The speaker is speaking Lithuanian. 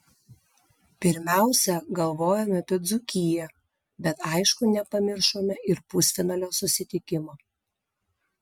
pirmiausia galvojome apie dzūkiją bet aišku nepamiršome ir pusfinalio susitikimo